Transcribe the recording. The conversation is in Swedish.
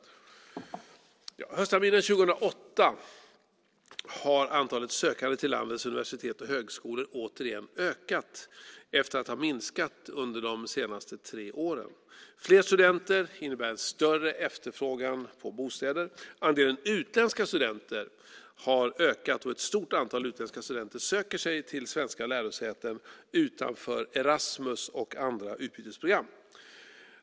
Höstterminen 2008 har antalet sökande till landets universitet och högskolor återigen ökat, efter att ha minskat under de tre senaste åren. Fler studenter innebär en större efterfrågan på bostäder. Andelen utländska studenter har ökat, och ett stort antal utländska studenter söker sig till svenska lärosäten utanför Erasmus och andra utbytesprogram.